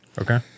Okay